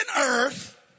earth